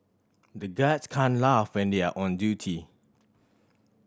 the guards can't laugh when they are on duty